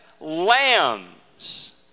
lambs